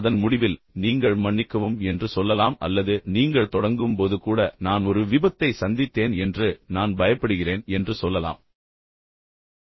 அதன் முடிவில் நீங்கள் மன்னிக்கவும் என்று சொல்லலாம் அல்லது நீங்கள் தொடங்கும்போது கூட நான் ஒரு விபத்தை சந்தித்தேன் என்று நான் பயப்படுகிறேன் நான் மன்னிப்பு கேட்கிறேன் என்று சொல்லலாம்